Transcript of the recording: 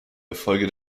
erfolge